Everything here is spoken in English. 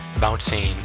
bouncing